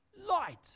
Light